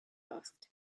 asked